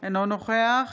אינו נוכח